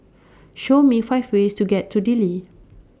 Show Me five ways to get to Dili